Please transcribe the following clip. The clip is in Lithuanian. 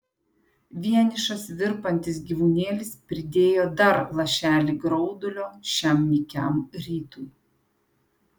vienišas virpantis gyvūnėlis pridėjo dar lašelį graudulio šiam nykiam rytui